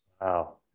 Wow